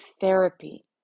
therapy